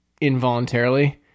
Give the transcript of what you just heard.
involuntarily